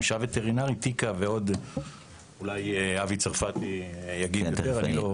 תיכף אבי צרפתי ידבר.